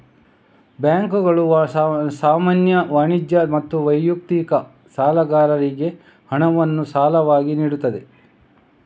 ಬ್ಯಾಂಕುಗಳು ಸಾಮಾನ್ಯ, ವಾಣಿಜ್ಯ ಮತ್ತು ವೈಯಕ್ತಿಕ ಸಾಲಗಾರರಿಗೆ ಹಣವನ್ನು ಸಾಲವಾಗಿ ನೀಡುತ್ತವೆ